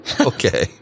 Okay